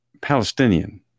Palestinian